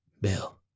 Bill